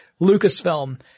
Lucasfilm